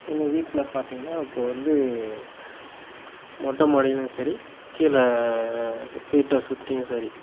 எங்கள் வீட்டில பார்த்தீங்கன்னா இப்போது வந்து மொட்டை மாடியிலையும் சரி கீழே வீட்டை சுற்றியும் சரி